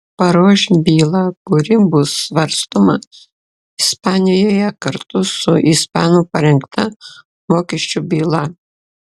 paruoš bylą kuri bus svarstoma ispanijoje kartu su ispanų parengta mokesčių byla